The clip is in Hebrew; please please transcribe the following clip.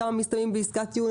כמה מסתיימים בעסקת טיעון?